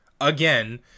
again